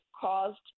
caused